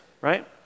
right